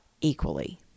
equally